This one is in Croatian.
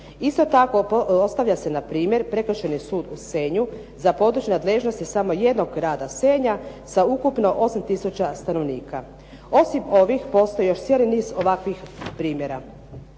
Isto tako ostavlja se na primjer Prekršajni sud u Senju za područje nadležnosti samo jednog grada Senja sa ukupno 8 tisuća stanovnika. Osim ovih, postoji još cijeli niz ovakvih primjera.